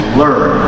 learn